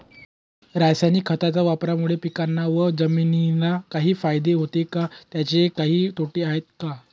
रासायनिक खताच्या वापरामुळे पिकांना व जमिनीला काही फायदा होतो का? त्याचे काही तोटे आहेत का?